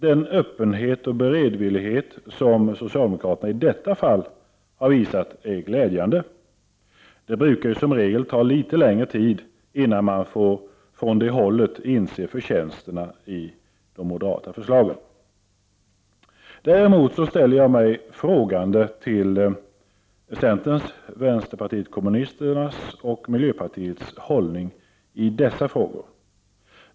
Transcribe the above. Den öppenhet och beredvillighet som socialdemokraterna i detta fall har visat är glädjande. Det brukar som regel ta litet längre tid innan man från det hållet inser förtjänsterna hos de moderata förslagen. Däremot ställer jag mig frågande till centerns, vänsterpartiet kommunisternas och miljöpartiets hållning i dessa frågor.